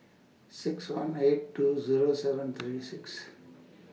six one eight two Zero seven three six